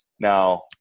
now